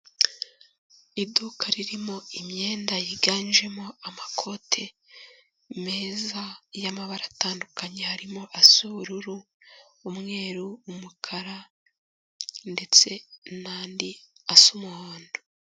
Iduka ririmo imyenda yiganjemo amakote meza y'amabara atandukanye, harimo asa ubururu, umweru, umukara, ndetse n'andi asa umuhondo.